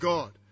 God